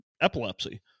epilepsy